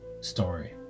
Story